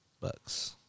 Bucks